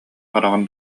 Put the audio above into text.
хараҕын